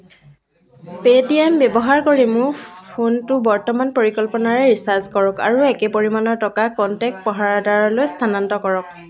Paytm ব্যৱহাৰ কৰি মোৰ ফোনটো বৰ্তমান পৰিকল্পনাৰে ৰিচাৰ্জ কৰক আৰু একে পৰিমাণৰ টকা কণ্টেক্ট পহৰাদাৰ লৈ স্থানান্তৰ কৰক